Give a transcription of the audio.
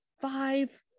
five